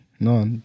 No